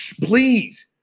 Please